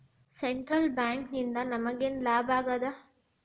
Central ಬ್ಯಾಂಕಿಂದ ನಮಗೇನ್ ಲಾಭಾಗ್ತದ?